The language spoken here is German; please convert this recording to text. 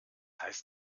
heißt